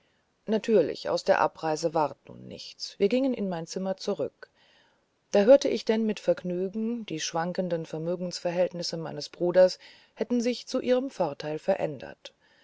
natürlich aus der abreise ward nun nichts wir gingen in mein zimmer zurück da hörte ich denn mit vergnügen die schwankenden vermögensverhältnisse meines bruders hätten sich zu ihrem vorteil geändert